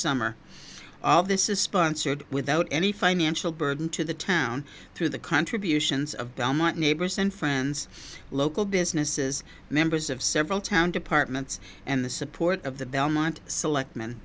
summer all this is sponsored without any financial burden to the town through the contributions of belmont neighbors and friends local businesses members of several town departments and the support of the belmont select